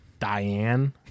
Diane